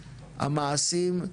המעשים,